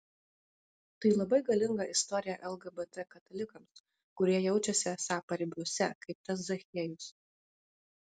tai labai galinga istorija lgbt katalikams kurie jaučiasi esą paribiuose kaip tas zachiejus